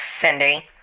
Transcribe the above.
Cindy